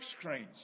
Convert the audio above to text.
screens